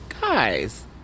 guys